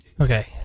Okay